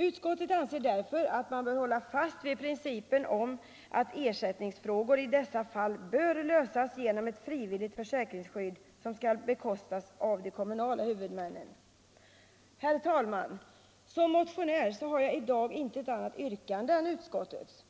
Utskottet anser därför att man bör hålla fast vid principen om att ersättningsfrågor i dessa fall bör lösas genom ett frivilligt försäkringsskydd som skall bekostas av de kommunala huvudmännen. Herr talman! Som motionär har jag i dag inget annat yrkande än utskottets.